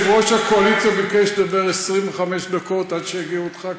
הקואליציה ביקש לדבר 25 דקות עד שיגיעו עוד ח"כים,